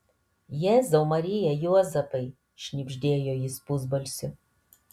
jėzau marija juozapai šnibždėjo jis pusbalsiu